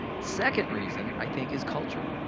second reason i think is culture.